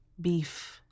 Beef